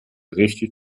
richtig